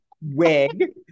wig